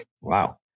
Wow